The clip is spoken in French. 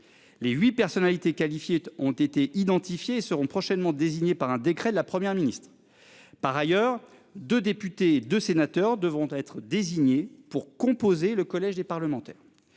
Les 8 personnalités qualifiées ont été identifiés seront prochainement désignés par un décret de la Première ministre. Par ailleurs, de députés, de sénateurs devront être désignés pour composer le collège des parlementaires.